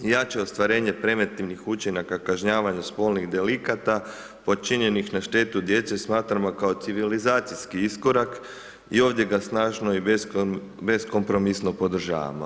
Jače ostvarenje predmetnim učinaka kažnjavanja spolnih delikata počinjenih na štetu djece smatramo kao civilizacijski iskorak i ovdje ga snažno i beskompromisno podržavamo.